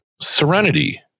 Serenity